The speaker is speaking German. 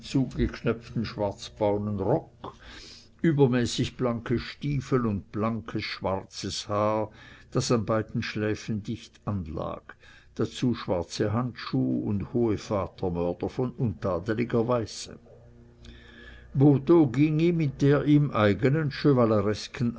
zugeknöpften schwarzbraunen rock übermäßig blanke stiefel und blankes schwarzes haar das an beiden schläfen dicht anlag dazu schwarze handschuh und hohe vatermörder von untadliger weiße botho ging ihm mit der ihm eigenen